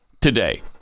today